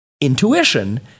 intuition